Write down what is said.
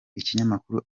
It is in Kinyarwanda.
ikinyamakuru